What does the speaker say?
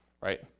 Right